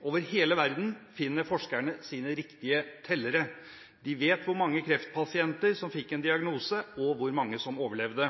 Over hele verden finner forskerne sine riktige tellere – de vet hvor mange kreftpasienter som fikk en diagnose og hvor mange som overlevde.